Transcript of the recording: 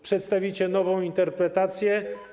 Przedstawicie nową interpretację?